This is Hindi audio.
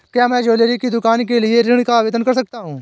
क्या मैं ज्वैलरी की दुकान के लिए ऋण का आवेदन कर सकता हूँ?